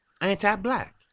anti-black